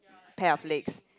pair of legs